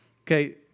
okay